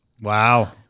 Wow